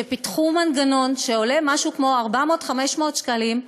שפיתחו מנגנון שעולה משהו כמו 500-400 שקלים,